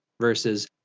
Versus